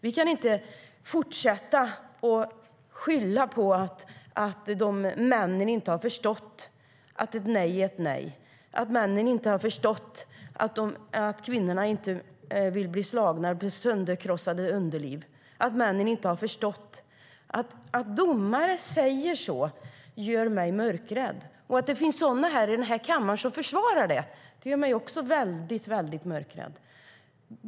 Vi kan inte fortsätta att skylla på att dessa män inte har förstått att ett nej är ett nej, att de inte har förstått att kvinnorna inte vill bli slagna och få sönderkrossade underliv. Att domare säger som de säger gör mig mörkrädd. Att det finns ledamöter i den här kammaren som försvarar det gör mig också väldigt mörkrädd.